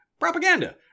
Propaganda